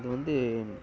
அதுவந்து